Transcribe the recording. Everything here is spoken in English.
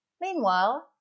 meanwhile